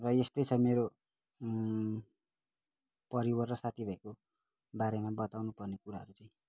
र यस्तै छ मेरो परिवार र साथीभाइको बारेमा बताउनुपर्ने कुराहरू चाहिँ